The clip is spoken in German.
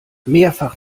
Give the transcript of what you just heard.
mehrfach